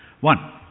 One